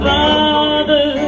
Father